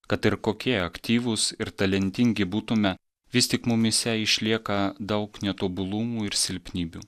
kad ir kokie aktyvūs ir talentingi būtume vis tik mumyse išlieka daug netobulumų ir silpnybių